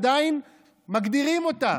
עדיין מגדירים אותה,